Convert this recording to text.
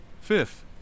Fifth